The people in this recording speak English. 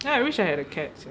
I wish I had a cat